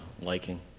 liking